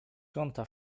kąta